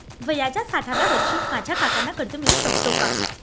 वयाच्या साठाव्या वर्षी माझ्या काकांना कर्ज मिळू शकतो का?